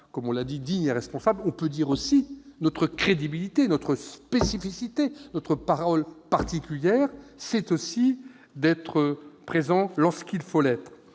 C'est un débat digne et responsable. On peut dire également que notre crédibilité, notre spécificité, notre parole particulière, c'est aussi d'être présent lorsqu'il faut l'être.